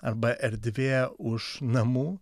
arba erdvė už namų